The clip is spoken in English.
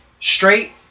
straight